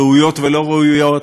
ראויות ולא ראויות,